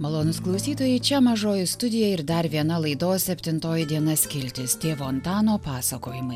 malonūs klausytojai čia mažoji studija ir dar viena laidos septintoji diena skiltis tėvo antano pasakojimai